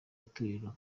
itorero